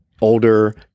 Older